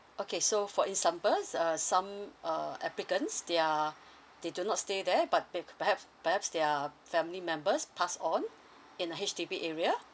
okay so for example uh some uh applicants their they do not stay there but pe~ perhaps perhaps their family members pass on in the H_D_B area